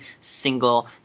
single